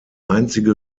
einzige